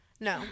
No